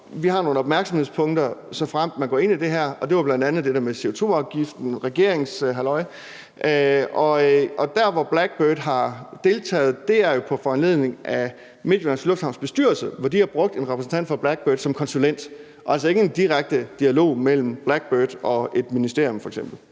Vi har nogle opmærksomhedspunkter, såfremt man går ind i det her. Og det var bl.a. det med CO2-afgiften og regeringshalløj. Og der, hvor Blackbird har deltaget, er det jo på foranledning af Midtjyllands Lufthavns bestyrelse, hvor de har brugt en repræsentant fra Blackbird som konsulent, og det er altså ikke en direkte dialog mellem Blackbird og et ministerium,